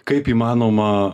kaip įmanoma